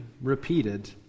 repeated